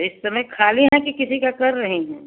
इस समय खाली हैं कि किसी का कर रही हैं